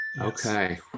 Okay